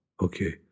Okay